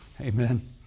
Amen